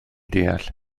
deall